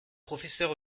professeur